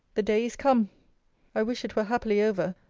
the day is come i wish it were happily over.